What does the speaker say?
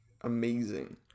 amazing